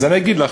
אז אני אגיד לך,